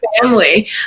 family